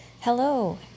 Hello